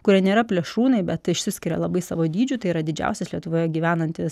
kurie nėra plėšrūnai bet išsiskiria labai savo dydžiu tai yra didžiausias lietuvoje gyvenantis